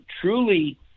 truly